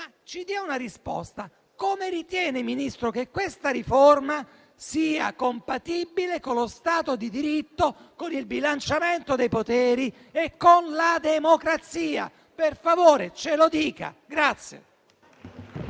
darci una risposta: come ritiene, signora Ministro, che questa riforma sia compatibile con lo Stato di diritto, con il bilanciamento dei poteri e con la democrazia? Per favore, ce lo dica.